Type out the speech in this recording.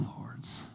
Lords